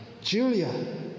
Julia